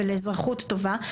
ולאזרחות טובה.